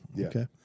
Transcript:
Okay